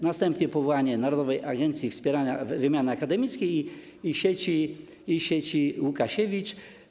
Następnie powołanie Narodowej Agencji Wspierania Wymiany Akademickiej i Sieci Łukasiewicz.